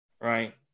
right